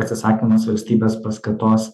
atsisakymas valstybės paskatos